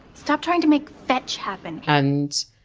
stop trying to make fetch happen! and